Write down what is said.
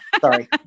Sorry